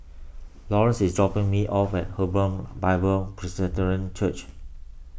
Laurence is dropping me off at Hebron Bible Presbyterian Church